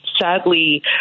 sadly